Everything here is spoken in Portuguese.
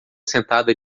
sentada